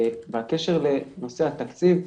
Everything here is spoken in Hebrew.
בקשר לנושא התקציב,